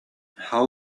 how